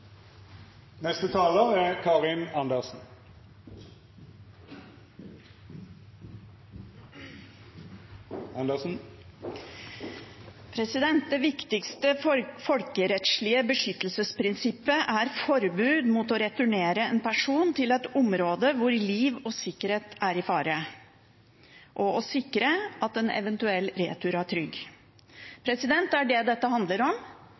Det viktigste folkerettslige beskyttelsesprinsippet er forbud mot å returnere en person til et område hvor liv og sikkerhet er i fare, og å sikre at en eventuell retur er trygg. Det er det dette handler om.